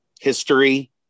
history